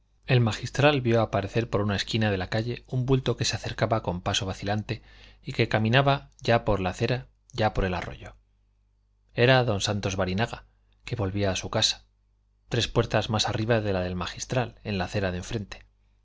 el magistral vio aparecer por una esquina de la calle un bulto que se acercaba con paso vacilante y que caminaba ya por la acera ya por el arroyo era don santos barinaga que volvía a su casa tres puertas más arriba de la del magistral en la acera de enfrente